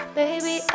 baby